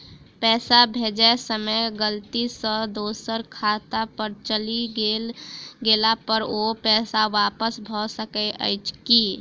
पैसा भेजय समय गलती सँ दोसर खाता पर चलि गेला पर ओ पैसा वापस भऽ सकैत अछि की?